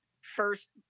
first